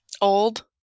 Old